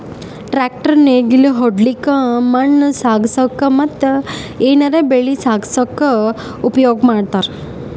tractor ನೇಗಿಲ್ ಹೊಡ್ಲಿಕ್ಕ್ ಮಣ್ಣ್ ಸಾಗಸಕ್ಕ ಮತ್ತ್ ಏನರೆ ಬೆಳಿ ಸಾಗಸಕ್ಕ್ ಉಪಯೋಗ್ ಮಾಡ್ತಾರ್